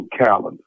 calendar